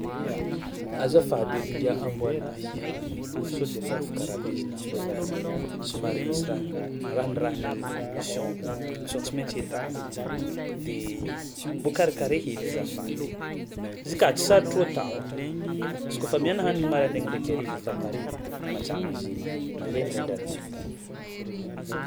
Azafady edy ngiahy amboanahy hanigny mbô sao de mba afaka rabezinà fao za io somary misy raha n- rahan'ny rahan'izy e- mission mission tsy maintsy atako de mbô karakaray hely azafady e! Izy ka tsy sarotro atao aby, izy kaofa amiana hanigny maraindrainy ndraiky hariva fa pare mety mantsagna izy mandeha mirendrarendra akagny foagna.